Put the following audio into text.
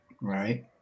Right